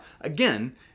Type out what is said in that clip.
again